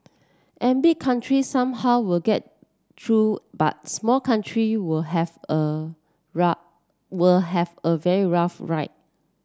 and big country somehow will get through but small country will have a will have a very rough ride